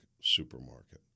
supermarket